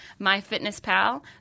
MyFitnessPal